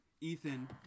Ethan